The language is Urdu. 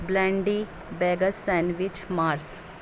بلینڈی بیگر سینڈوچ مارس